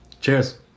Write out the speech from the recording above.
Cheers